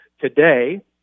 today